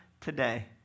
today